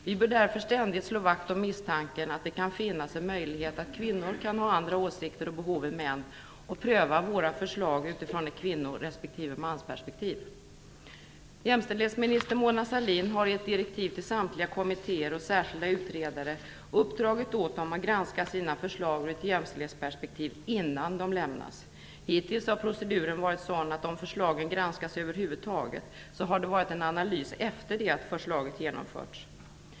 Vi bör därför ständigt slå vakt om misstanken att det kan finnas en möjlighet att kvinnor kan ha andra åsikter och behov än män och pröva våra förslag utifrån ett kvinno respektive mansperspektiv. Jämställdhetsminister Mona Sahlin har i ett direktiv till samtliga kommittéer och särskilda utredare uppdragit åt dem att granska sina förslag ur ett jämställdhetsperspektiv innan de läggs fram. Hittills har proceduren varit sådan att om förslagen granskats över huvud taget så har det varit en analys efter det att förslaget genomförts.